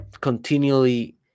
continually